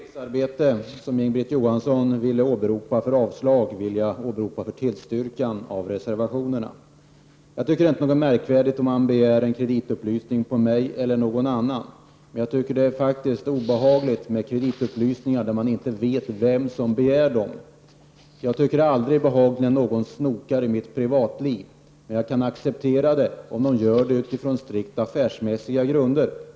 Herr talman! Samma remissarbete som Inga-Britt Johansson ville åberopa för avslag vill jag åberopa för tillstyrkan av reservationerna. Jag tycker inte att det är märkvärdigt om man begär en kreditupplysning på mig eller någon annan, men det är faktiskt obehagligt med kreditupplysningar när man inte vet vem som begär dem. Jag tycker aldrig att det är behagligt när någon snokar i mitt privatliv, men jag kan acceptera det om de gör det utifrån strikt affärsmässiga grunder.